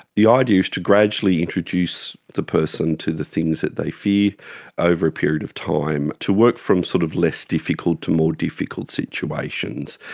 the idea is to gradually introduce the person to do things that they fear over a period of time, to work from sort of less difficult to more difficult situations.